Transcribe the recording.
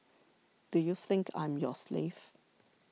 do you think I'm your slave